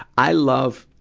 i love,